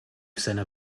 seiner